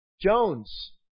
Jones